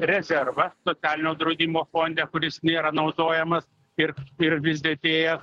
rezervą socialinio draudimo fonde kuris nėra naudojamas ir ir vis didėja